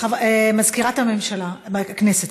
מזכירת הכנסת,